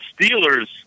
Steelers